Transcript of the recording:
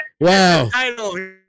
Wow